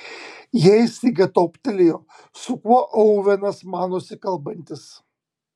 jai staiga toptelėjo su kuo ovenas manosi kalbantis